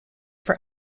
for